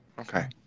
Okay